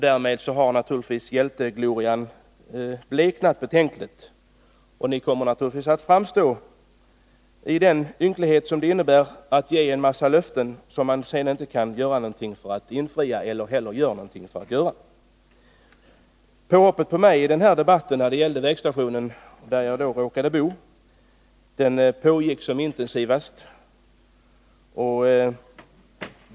Därmed har naturligtvis hjälteglorian bleknat betänkligt, och ni kommer att framstå i ynklig dager, som fallet blir när man ger en massa löften som man sedan inte gör någonting för att infria. Påhoppet på mig skedde när debatten om vägstationen på den plats, där jag råkar bo, pågick som intensivast.